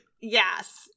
Yes